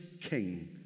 king